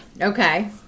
Okay